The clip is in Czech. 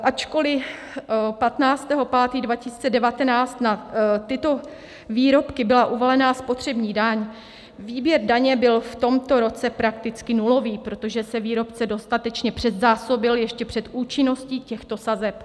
Ačkoli 15. 5. 2019 na tyto výrobky byla uvalena spotřební daň, výběr daně byl v tomto roce prakticky nulový, protože se výrobce dostatečně předzásobil ještě před účinností těchto sazeb.